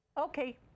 Okay